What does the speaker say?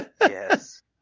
Yes